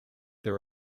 there